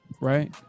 right